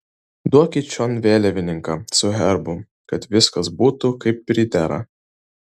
duokit čion vėliavininką su herbu kad viskas būtų kaip pridera